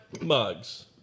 mugs